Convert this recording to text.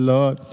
Lord